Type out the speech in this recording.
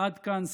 עד כאן,